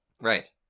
Right